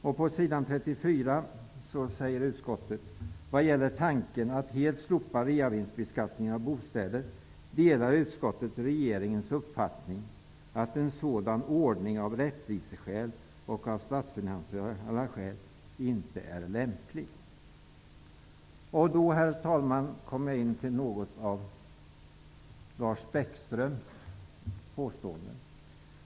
Vidare säger utskottet på s. 34 i betänkandet: ''Vad gäller tanken att helt slopa reavinstbeskattningen av bostäder delar utskottet regeringens uppfattning att en sådan ordning av rättviseskäl och av statsfinansiella skäl inte är lämplig.'' Herr talman! Då kommer jag in på en del av Lars Bäckströms påståenden.